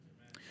Amen